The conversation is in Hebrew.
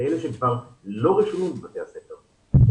כאלה שכבר לא רשומים בבתי הספר.